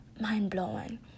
mind-blowing